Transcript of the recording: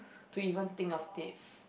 to even think of this